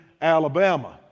Alabama